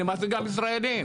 אני מעסיק גם ישראלים.